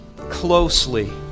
closely